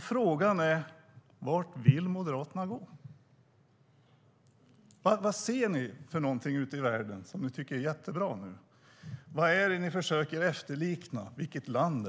Frågan är: Vart vill Moderaterna gå? Vad ser ni ute i världen som ni tycker är jättebra? Vad är det ni försöker efterlikna, vilket land?